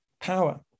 power